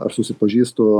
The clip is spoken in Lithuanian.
aš susipažįstu